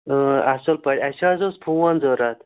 اَصٕل پٲٹھۍ اَسہِ حظ اوس فون ضروٗرت